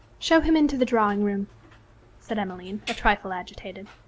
show him into the drawing-room said emmeline, a trifle agitated.